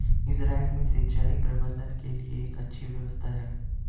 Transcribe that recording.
Israel में सिंचाई प्रबंधन के लिए एक अच्छी व्यवस्था है